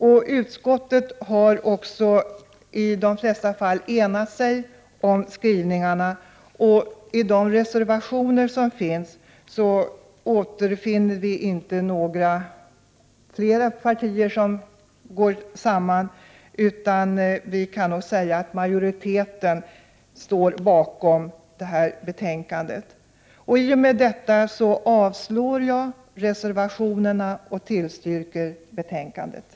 I de flesta fall har också utskottet enats om skrivningarna. När det gäller reservationerna har inte flera partier gått samman. Vi kan nog säga att utskottsmajoriteten står bakom förslagen i betänkandet. Med det sagda yrkar jag avslag på reservationerna och bifall till utskottets hemställan.